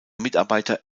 mitarbeiter